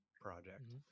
project